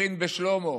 הבחין בשלמה,